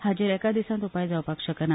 हाचेर एका दिसात उपाय जावपाक शकना